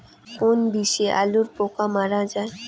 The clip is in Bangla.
কোন বিষে আলুর পোকা মারা যায়?